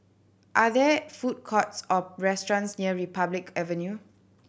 are there food courts or restaurants near Republic Avenue